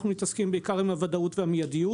אנחנו מתעסקים בעיקר עם ודאות ומיידיות.